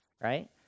right